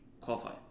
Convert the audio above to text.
qualify